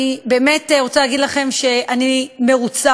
אני באמת רוצה להגיד לכם שאני מרוצה.